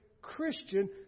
Christian